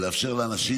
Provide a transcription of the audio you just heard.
ולאפשר לאנשים,